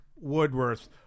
woodworth